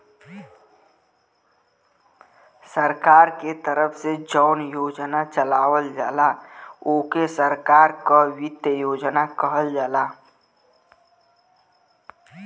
सरकार के तरफ से जौन योजना चलावल जाला ओके सरकार क वित्त योजना कहल जाला